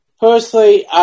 personally